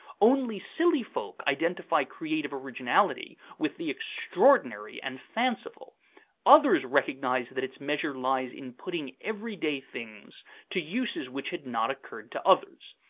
only silly folk identify creative originality with the extraordinary and fanciful others recognize that its measure lies in putting everyday things to uses which had not occurred to others.